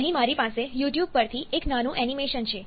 અહીં મારી પાસે યુટ્યુબ પરથી એક નાનું એનિમેશન છે